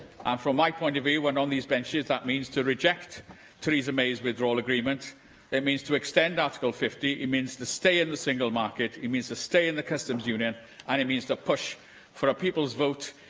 from my point of view, and on these benches, that means to reject theresa may's withdrawal agreement it means to extend article fifty it means to stay in the single market it means to stay in the customs union and it means to push for a people's vote,